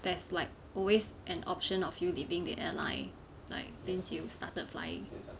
there's like always an option of you leaving the airline like since you started flying